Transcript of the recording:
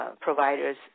providers